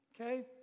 Okay